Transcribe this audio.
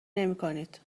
نمیکنید